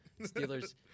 Steelers